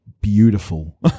beautiful